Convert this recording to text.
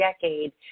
decade